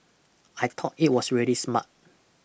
I thought it was really smart